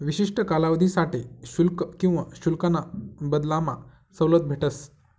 विशिष्ठ कालावधीसाठे शुल्क किवा शुल्काना बदलामा सवलत भेटस